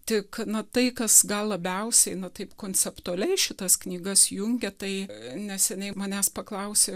tik na tai kas gal labiausiai nu taip konceptualiai šitas knygas jungia tai neseniai manęs paklausė